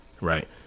Right